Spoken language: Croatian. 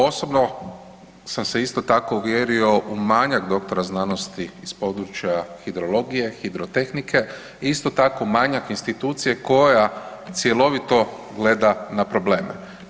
Osobno sam se isto tako uvjerio u manjak doktora znanosti iz područja hidrologije i hidrotehnike i isto tako manjak institucije koja cjelovito gleda na probleme.